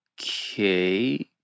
Okay